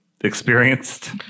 experienced